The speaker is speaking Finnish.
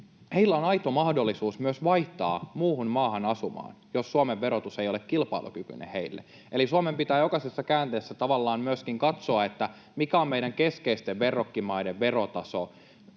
heillä on aito mahdollisuus myös vaihtaa muuhun maahan asumaan, jos Suomen verotus ei ole kilpailukykyinen heille. Eli Suomen pitää jokaisessa käänteessä tavallaan myöskin katsoa, mikä on meidän keskeisten verrokkimaiden verotaso